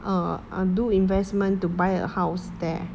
err err do investment to buy a house there